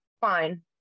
fine